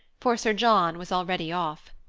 for sir john was already off.